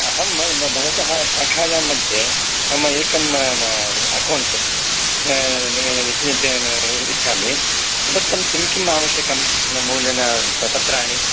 अहं भवतः शाखायाम्मध्ये मम एकं अकौण्ट् नित्यम् इच्छामि तदर्थं किं किम् आवश्यकं न मूलं न पत्राणि